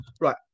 Right